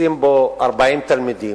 דחוסים בו 40 תלמידים,